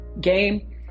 game